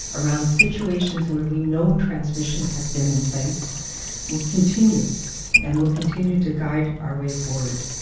around situations where we know transmission has been in place will continue and will continue to guide our way forward.